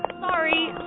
Sorry